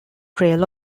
trail